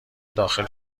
داخل